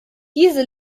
diese